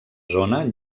zona